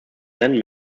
then